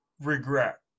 regret